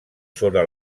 sobre